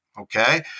Okay